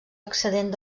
excedent